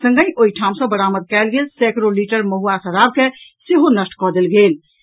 संगहि ओहि ठाम सॅ बरामद कयल गेल सैंकड़ों लीटर महुआ शराब के सेहो नष्ट कऽ देल गेल अछि